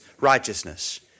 righteousness